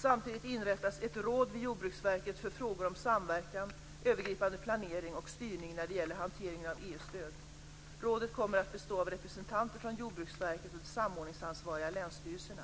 Samtidigt inrättas ett råd vid Jordbruksverket för frågor om samverkan, övergripande planering och styrning när det gäller hanteringen av EU-stöd. Rådet kommer att bestå av representanter från Jordbruksverket och de samordningsansvariga länsstyrelserna.